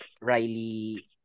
Riley